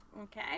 Okay